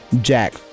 Jack